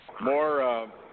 More –